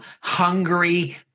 hungry